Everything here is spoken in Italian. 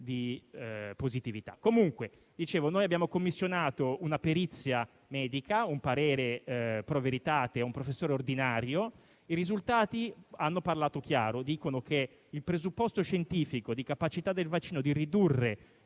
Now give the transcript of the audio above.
di positività. Abbiamo commissionato una perizia medica, un parere *pro veritate* a un professore ordinario, e i risultati hanno parlato chiaro: dicono che il presupposto scientifico di capacità del vaccino di ridurre